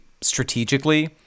strategically